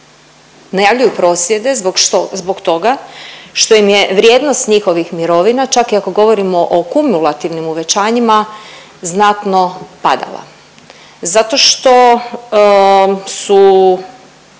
Najavljuju prosvjede zbog što, zbog toga što im je vrijednost njihovih mirovina čak i ako govorimo o kumulativnim uvećanjima znatno padala. Zato što su